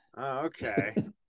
Okay